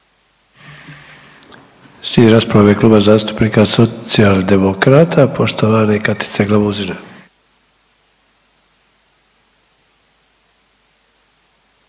rasprava u ime Kluba zastupnika Socijaldemokrata poštovane Katice Glamuzina.